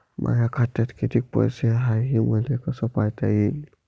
माया खात्यात कितीक पैसे हाय, हे मले कस पायता येईन?